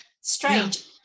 strange